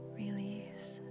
release